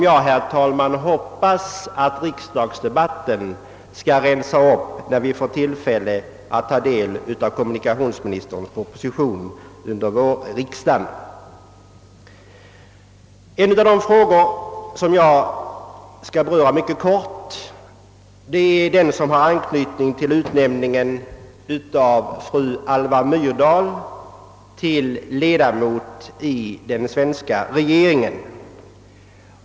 Jag hoppas att riksdagsdebatten, när vi får tillfälle att ta del av kommunikationsministerns proposition under vårriksdagen, skall rensa upp härvidlag. En av de frågor som jag helt kortfattat vill beröra är den som har anknytning till utnämningen av fru Alva Myrdal till ledamot av den svenska regeringen.